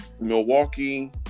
Milwaukee